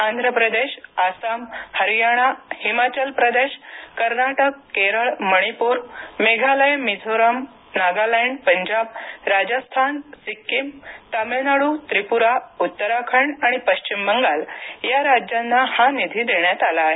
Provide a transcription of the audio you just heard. आंध्र प्रदेश आसाम हरियाणा हिमाचल प्रदेश कर्नाटक केरळ मणिपुर मेघालय मिझोरम नागालंड पंजाब राजस्थान सिक्किम तामिळनाडू त्रिपुरा उत्तराखंड आणि पश्चिम बंगाल या राज्यांना हा निधी देण्यात आला आहे